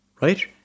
right